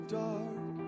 dark